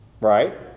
Right